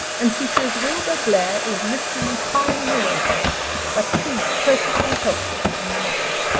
and she says wilbur blair is literally pining away for her but she's perfectly helpless in the matter.